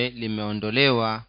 limeondolewa